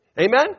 Amen